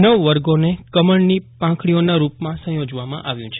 નવ વર્ગોને કમળની પાંખડીઓના રૂપમાં સંયોજવામાં આવ્યું છે